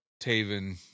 Taven